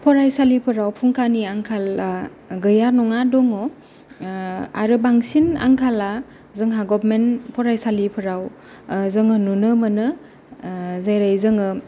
फरायसालिफोराव फुंखानि आंखाला गैया नङा दङ आरो बांसिन आंखाला जोंहा गवार्नमेन्ट फरायसालिफ्राव जोङो नुनो मोनो जेरै जोङो